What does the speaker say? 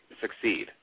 succeed